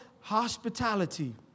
hospitality